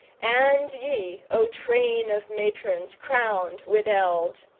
and ye, o train of matrons crowned with eld!